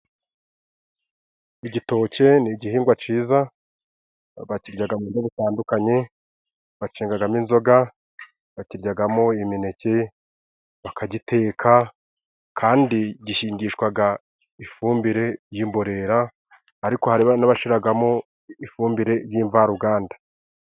Igitoki ni igihingwa ciza bakiryaga mu buryo bitandukanye bacengagamo inzoga, bakiryagamo imineke, bakagiteka kandi gihingishwaga ifumbire y'imborera ariko hari n'abashiragamo ifumbire ry'imvaruganda.